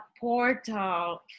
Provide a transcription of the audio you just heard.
portal